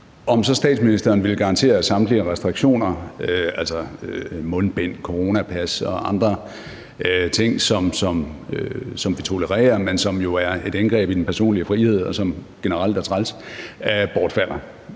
en vaccine, så ville garantere, at samtlige restriktioner – altså mundbind, coronapas og andre ting, som vi tolererer, men som jo er et indgreb i den personlige frihed, og som generelt er træls – bortfalder,